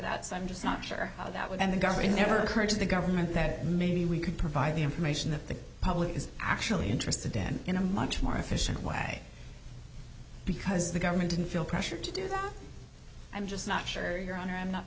that so i'm just not sure how that would end the government never heard of the government that maybe we could provide the information that the public is actually interested in in a much more efficient way because the government didn't feel pressure to do that i'm just not sure your honor i'm not